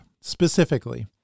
Specifically